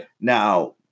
now